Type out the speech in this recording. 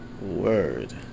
Word